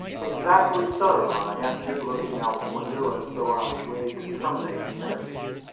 exactly so, i answered, looking out the window, as though i was ready to terminate the interview.